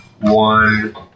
One